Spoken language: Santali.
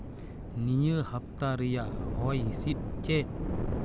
ᱱᱤᱭᱟᱹ ᱦᱟᱯᱛᱟ ᱨᱮᱭᱟᱜ ᱦᱚᱭ ᱦᱤᱸᱥᱤᱫ ᱪᱮᱫ